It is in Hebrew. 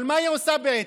אבל מה היא עושה בעצם?